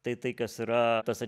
tai tai kas yra tuose